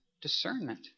discernment